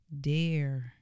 Dare